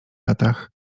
latach